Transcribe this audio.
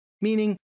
Meaning